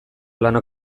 lana